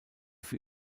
für